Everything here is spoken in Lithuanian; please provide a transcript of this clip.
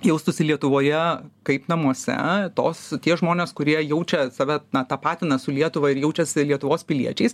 jaustųsi lietuvoje kaip namuose tos tie žmonės kurie jaučia save tapatina su lietuva ir jaučiasi lietuvos piliečiais